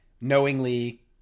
knowingly